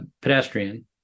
pedestrian